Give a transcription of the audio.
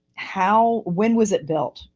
how, when was it built?